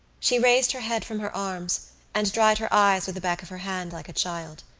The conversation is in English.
she raised her head from her arms and dried her eyes with the back of her hand like a child.